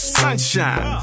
sunshine